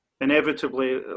Inevitably